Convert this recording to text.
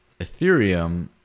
ethereum